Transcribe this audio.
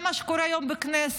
זה מה שקורה היום בכנסת.